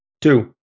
Two